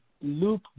look